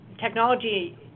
technology